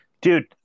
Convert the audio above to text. dude